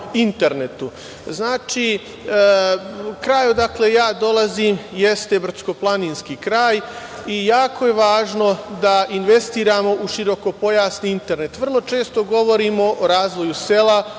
internetu. Znači, kraj odakle ja dolazim jeste brdsko-planinski kraj i jako je važno da investiramo u širokopojasni internet. Vrlo često govorimo o razvoju sela,